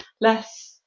less